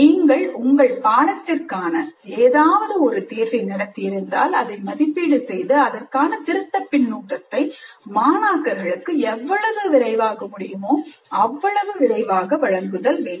நீங்கள் உங்கள் பாடத்திற்கான ஏதாவது ஒரு தேர்வை நடத்தி இருந்தால் அதை மதிப்பீடு செய்து அதற்கான திருத்தப் பின்னூட்டத்தை மாணாக்கர்களுக்கு எவ்வளவு விரைவாக முடியுமோ அவ்வளவு விரைவாக வழங்குதல் வேண்டும்